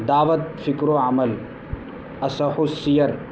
دعوت فکر و عمل اصحُ السَّیر